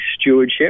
stewardship